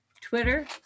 twitter